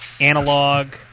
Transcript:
analog